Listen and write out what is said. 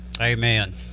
Amen